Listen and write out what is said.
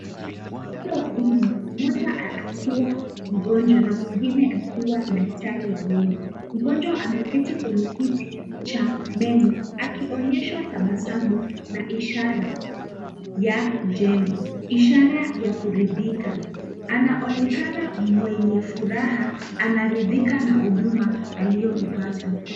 Wanawake wawili mmoja akiwa mgonjwa na mwingine akiwa daktari wa meno. Mgonjwa ameketi kwenye kiti cha meno akionyesha tabasamu na ishara ya jembe, ishara ya kuridhika, anaonekana mwenye furaha anaridhika na huduma aliyoipata.